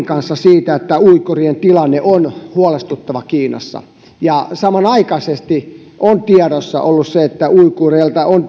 kanssa että uiguurien tilanne on huolestuttava kiinassa ja samanaikaisesti on tiedossa ollut se että uiguurivangeilta on